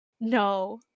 no